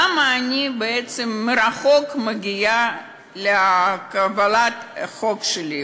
למה אני בעצם מגיעה מרחוק לקבלת החוק שלי,